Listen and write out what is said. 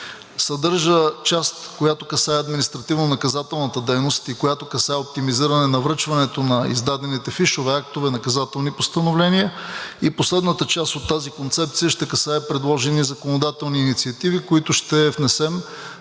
Съдържа част, която касае административнонаказателната дейност и оптимизиране на връчването на издадените фишове, актове и наказателни постановления. Последната част от тази концепция ще касае предложени законодателни инициативи, които ще внесем